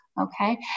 okay